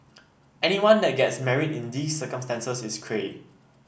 anyone that gets married in these circumstances is Cray